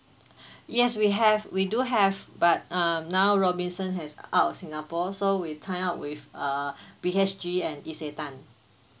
yes we have we do have but um now robinson has out of singapore so we tie up with uh B_H_G and isetan